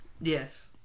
Yes